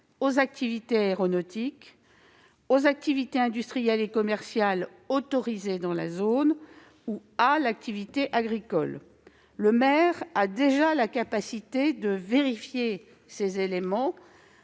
aux activités aéronautiques, aux activités industrielles et commerciales autorisées dans la zone ou à l'activité agricole. Toutefois, le maire est déjà en mesure de vérifier ces éléments,